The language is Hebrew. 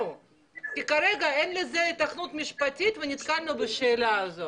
כרגע אין לזה היתכנות משפטית ונתקלנו בשאלה הזאת.